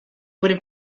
would